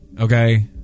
okay